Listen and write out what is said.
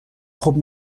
خوب